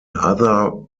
other